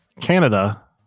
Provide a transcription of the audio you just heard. Canada